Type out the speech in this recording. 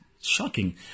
shocking